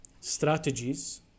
strategies